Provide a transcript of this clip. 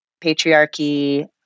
patriarchy